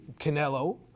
Canelo